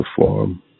perform